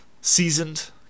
seasoned